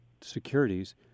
securities